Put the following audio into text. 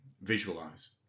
visualize